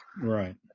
Right